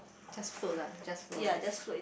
just float lah just float only